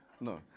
no